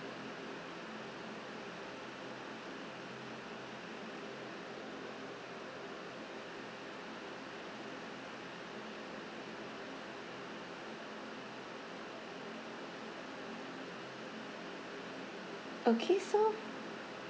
okay so